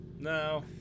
No